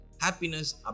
happiness